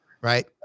right